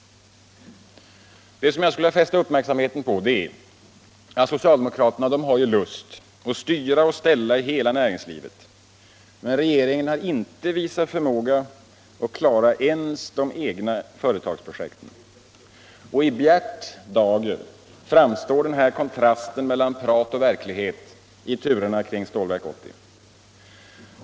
Jag skulle vilja fästa uppmärksamheten på att socialdemokraterna har lust att styra och ställa inom hela näringslivet, men att regeringen inte har visat förmåga att klara ens de egna företagsprojekten. I bjärt dager framstår den här kontrasten mellan prat och verklighet i turerna kring Stålverk 80.